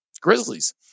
grizzlies